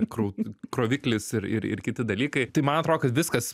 krau kroviklis ir ir ir kiti dalykai tai man atrodo kad viskas